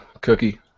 Cookie